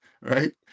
Right